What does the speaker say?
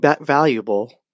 valuable